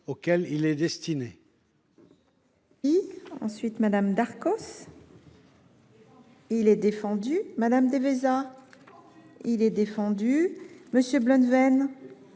auxquels il est destiné.